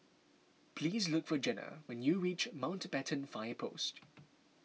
please look for Jenna when you reach Mountbatten Fire Post